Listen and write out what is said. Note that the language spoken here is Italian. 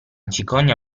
cicogna